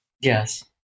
Yes